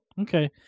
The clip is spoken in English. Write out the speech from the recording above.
Okay